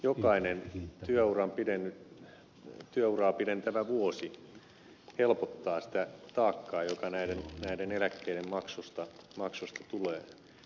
jokainen työuraa pidentävä vuosi helpottaa sitä taakkaa joka näiden eläkkeiden maksusta tulee